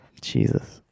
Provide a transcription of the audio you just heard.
jesus